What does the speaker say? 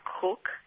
cook